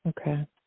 Okay